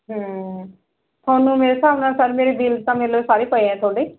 ਹੁੰ ਹੁਣ ਮੇਰੇ ਹਿਸਾਬ ਨਾਲ ਸਰ ਮੇਰੇ ਬਿਲ ਤਾਂ ਮੇਰੇ ਕੋਲ ਸਾਰੇ ਪਏ ਆ ਤੁਹਾਡੇ